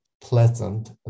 pleasant